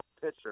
pitcher